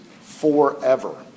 forever